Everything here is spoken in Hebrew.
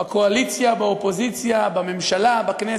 בקואליציה, באופוזיציה, בממשלה, בכנסת,